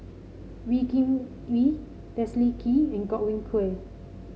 Wee Kim Wee Leslie Kee and Godwin Koay